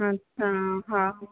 अच्छा हा